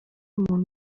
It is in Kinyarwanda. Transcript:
muntu